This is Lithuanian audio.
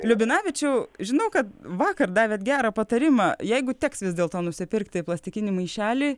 liubinavičiui žinau kad vakar davėt gerą patarimą jeigu teks vis dėlto nusipirkti plastikinį maišelį